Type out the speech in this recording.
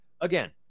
again